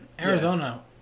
Arizona